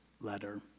letter